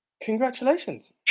Congratulations